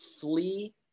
flee